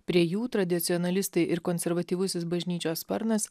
prie jų tradicionalistai ir konservatyvusis bažnyčios sparnas